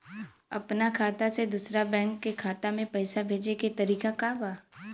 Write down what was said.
अपना खाता से दूसरा बैंक के खाता में पैसा भेजे के तरीका का बा?